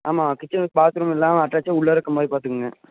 ஆமாம் kitchen bathroom இதெல்லாம் அட்டாச்சா உள்ளே இருக்கற மாதிரி பார்த்துக்குங்க